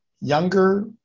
younger